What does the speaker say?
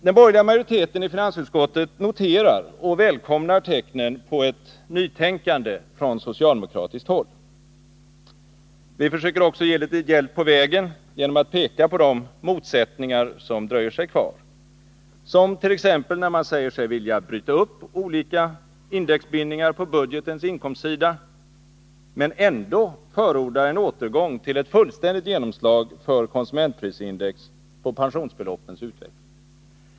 Den borgerliga majoriteten i finansutskottet noterar och välkomnar tecknen på ett nytänkande från socialdemokratiskt håll. Vi försöker också ge litet hjälp på vägen genom att peka på de motsättningar som dröjer sig kvar. Som när man säger sig vilja bryta upp olika indexbindningar på budgetens inkomstsida men ändå förordar en återgång till ett fullständigt genomslag för konsumentprisindex på pensionsbeloppens utveckling.